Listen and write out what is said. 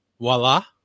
Voila